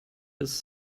his